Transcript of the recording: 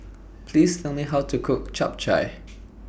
Please Tell Me How to Cook Chap Chai